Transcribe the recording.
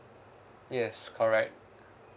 yes correct